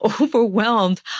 overwhelmed